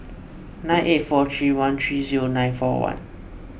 nine eight four three one three zero nine four one